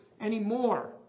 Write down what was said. anymore